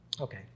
Okay